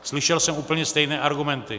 Slyšel jsem úplně stejné argumenty.